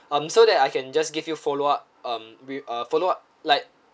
um so that I can just give you follow up um with uh follow up like